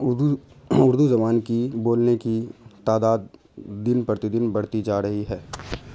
اردو اردو زبان کی بولنے کی تعداد دن پر دن بڑھتی جا رہی ہے